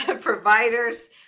providers